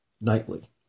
nightly